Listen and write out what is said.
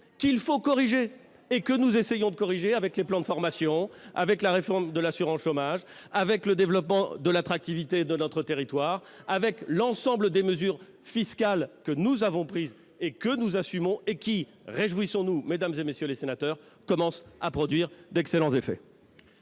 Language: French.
qu'il faut corriger. C'est ce que nous essayons de faire, au travers des plans de formation, de la réforme de l'assurance chômage, du développement de l'attractivité de notre territoire et de l'ensemble des mesures fiscales que nous avons prises, que nous assumons et qui- réjouissons-nous-en, mesdames, messieurs les sénateurs -commencent à produire d'excellents effets.